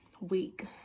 week